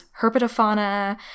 herpetofauna